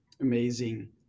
Amazing